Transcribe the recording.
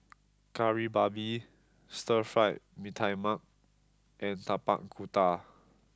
Kari Babi Stir fried Mee Tai Mak and Tapak Kuda